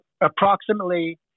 approximately